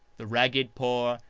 the ragged poor,